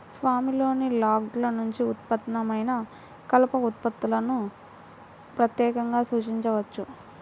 స్వామిలోని లాగ్ల నుండి ఉత్పన్నమైన కలప ఉత్పత్తులను ప్రత్యేకంగా సూచించవచ్చు